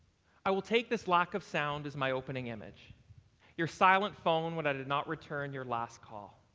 i will take this lack of sound as my opening image your silent phone when i did not return your last call.